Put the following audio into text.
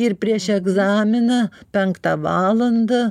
ir prieš egzaminą penktą valandą